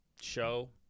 show